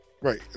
Right